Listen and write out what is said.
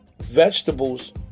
vegetables